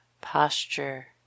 posture